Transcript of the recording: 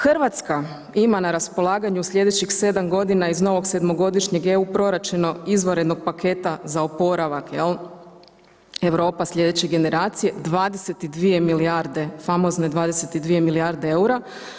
Hrvatska ima na raspolaganju sljedećih 7 godina iz novog sedmogodišnjeg EU proračuna izvanrednog paketa za oporavak „Europa sljedeće generacije“ 22 milijarde, famozne 22 milijarde eura.